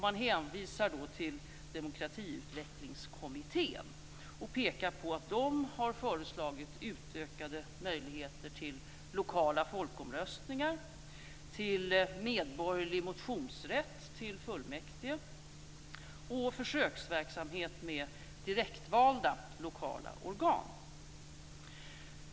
Man hänvisar till Demokratiutvecklingskommittén och pekar på att den har föreslagit utökade möjligheter till lokala folkomröstningar, medborgerlig motionsrätt till fullmäktige och försöksverksamhet med direktvalda lokala organ.